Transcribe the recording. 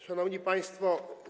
Szanowni Państwo!